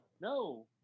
No